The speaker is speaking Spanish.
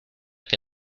que